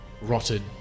rotted